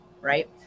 right